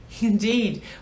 Indeed